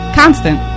constant